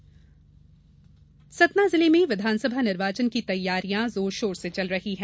सतना मतदाताओं सतना जिले में विधानसभा निर्वाचन की तैयारियां जोर शोर से चल रही है